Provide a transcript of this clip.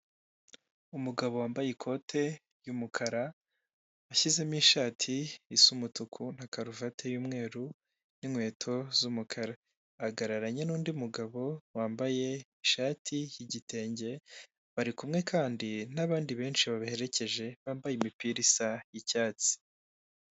Umugabo wambaye ikote ry'umukara ashyizemo ishati isa umutuku na karuvati y'umweru n'inkweto z'umukara, ahagararanye n'undi mugabo wambaye ishati y'igitenge, bari kumwe kandi n'abandi benshi babaherekeje bambaye imipira isa icyatsi.